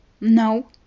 No